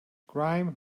grime